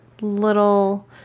little